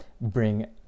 bring